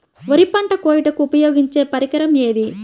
వరి పంట కోయుటకు ఉపయోగించే పరికరం ఏది?